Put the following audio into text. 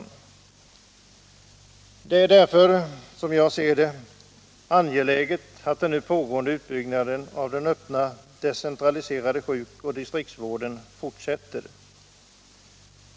Enligt min mening är det därför angeläget att den nu pågående utbyggnaden av den öppna decentraliserade sjukoch distriktsvården fortsätter.